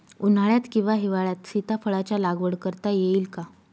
उन्हाळ्यात किंवा हिवाळ्यात सीताफळाच्या लागवड करता येईल का?